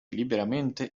liberamente